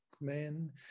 men